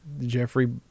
Jeffrey